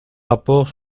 rapport